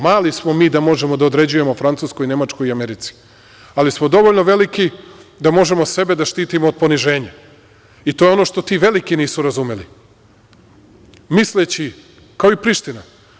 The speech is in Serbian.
Mali smo mi da možemo da određujemo Francuskoj, Nemačkoj i Americi, ali smo dovoljno veliki da možemo sebe da štitimo od poniženja i to je ono što ti veliki nisu razumeli, misleći kao i Priština.